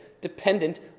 dependent